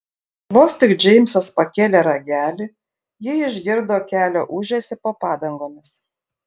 vos tik džeimsas pakėlė ragelį ji išgirdo kelio ūžesį po padangomis